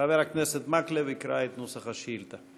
חבר הכנסת מקלב יקרא את נוסח השאילתה.